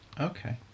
Okay